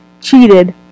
cheated